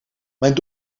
mijn